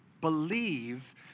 believe